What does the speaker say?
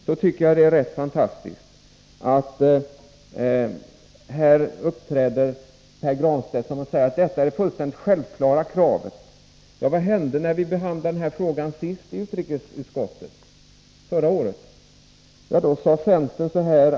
Jag tycker det är fantastiskt att Pär Granstedt säger att det är fråga om fullständigt självklara krav. Vad hände när vi behandlade frågan i utrikesutskottet förra året?